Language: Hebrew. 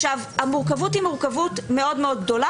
המורכבות היא מורכבות מאוד מאוד גדולה